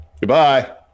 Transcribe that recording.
Goodbye